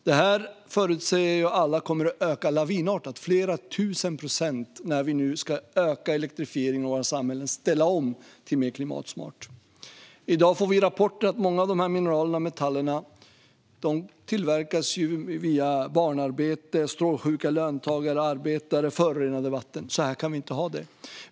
Alla förutser att detta kommer att öka lavinartat - flera tusen procent - när vi nu ska öka elektrifieringen av våra samhällen och ställa om till mer klimatsmart. I dag får vi rapporter om att många av dessa mineraler och metaller tillverkas via barnarbete, strålsjuka löntagare och arbetare och förorenade vatten. Så här kan vi inte ha det.